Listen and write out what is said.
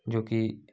जोकि